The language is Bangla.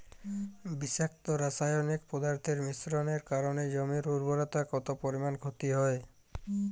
বিষাক্ত রাসায়নিক পদার্থের মিশ্রণের কারণে জমির উর্বরতা কত পরিমাণ ক্ষতি হয়?